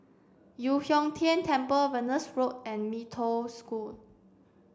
Yu Huang Tian Temple Venus Road and Mee Toh School